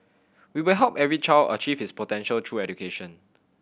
we will help every child achieve his potential through education